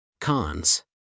Cons